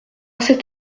cet